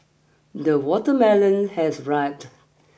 the watermelon has riped